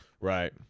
Right